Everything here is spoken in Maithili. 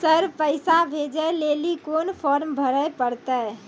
सर पैसा भेजै लेली कोन फॉर्म भरे परतै?